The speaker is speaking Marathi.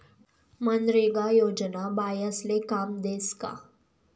मनरेगा योजना बायास्ले काम देस का?